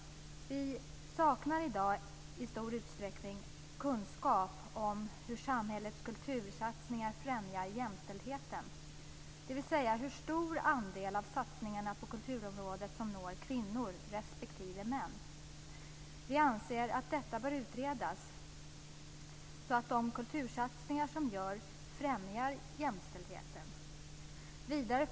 Vi saknar i dag i stor utsträckning kunskap om hur samhällets kultursatsningar främjar jämställdheten, dvs. hur stor andel av satsningarna på kulturområdet som når kvinnor respektive män. Vi anser att detta bör utredas så att de kultursatsningar som görs främjar jämställdheten.